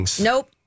Nope